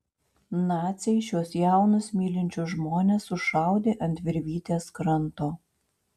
naciai šiuos jaunus mylinčius žmones sušaudė ant virvytės kranto